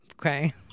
okay